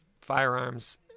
firearms